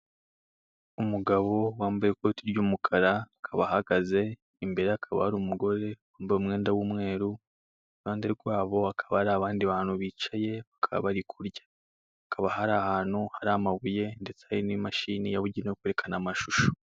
Umugabo wambaye ikote ry'umukara, akaba ahagaze, imbere ye hakaba hari umugore wambaye umwenda w'umweru, iruhande rwabo hakaba hari abandi bantu bicaye, bakaba bari kurya. Hakaba hari ahantu hari amabuye ndetse hari n'imashini yabugenewe yo kwerekana amashusho.